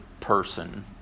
person